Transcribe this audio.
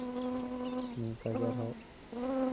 ᱱᱚᱝᱠᱟ ᱜᱮ ᱟᱨᱦᱚᱸ